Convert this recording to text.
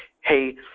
hey